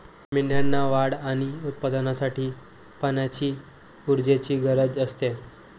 मेंढ्यांना वाढ आणि उत्पादनासाठी पाण्याची ऊर्जेची गरज असते